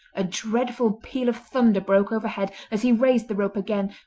a dreadful peal of thunder broke overhead as he raised the rope again,